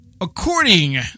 According